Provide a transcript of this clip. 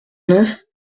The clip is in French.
neuf